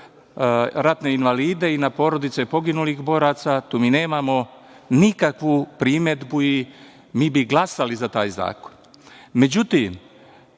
ratne invalide i na porodice poginulih boraca, tu mi nemamo nikakvu primedbu i mi bi glasali za taj